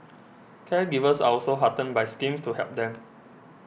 caregivers are also heartened by schemes to help them